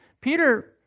Peter